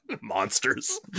monsters